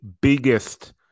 biggest